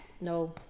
no